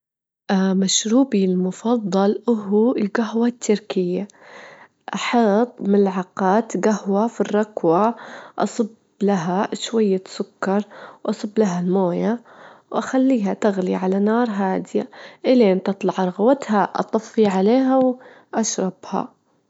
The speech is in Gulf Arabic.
أفضل درجتشة حرارة في النهار تكون مابين الخمسة وعشرين درجة مئوية وتلاتين درجة مئوية، وفي الليل إنها تكون مابين الخمستاشر درجة مئوية وعشرين درجة مئوية، عشان الأجواء تكون مريحة للكل، مايحسون ببرودة زيادة أو سخونة زيادة.